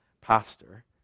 pastor